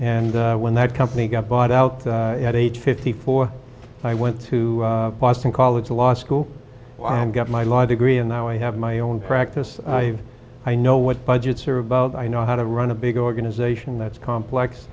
and when that company got bought out the at age fifty four i went to boston college law school i'm got my law degree and now i have my own practice i know what budgets are about i know how to run a big organization that's